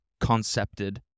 concepted